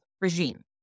regime